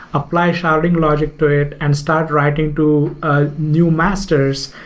apply sharding logic to it and start writing to ah new masters,